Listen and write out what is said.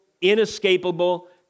inescapable